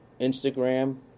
Instagram